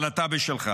אבל אתה בשלך,